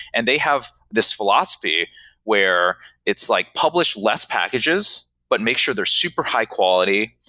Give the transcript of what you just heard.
and they have this philosophy where it's like publish less packages, but make sure they're super high quality,